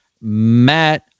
Matt